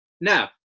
Now